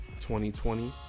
2020